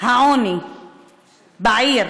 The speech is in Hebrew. העוני בעיר